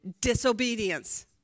disobedience